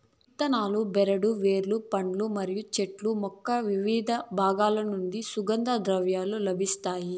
ఇత్తనాలు, బెరడు, వేర్లు, పండ్లు మరియు చెట్టు యొక్కవివిధ బాగాల నుంచి సుగంధ ద్రవ్యాలు లభిస్తాయి